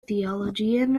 theologian